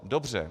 Dobře.